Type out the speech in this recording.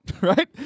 right